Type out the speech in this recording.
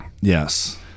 Yes